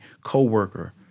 coworker